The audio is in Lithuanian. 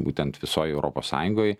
būtent visoj europos sąjungoj